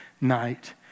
night